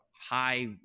High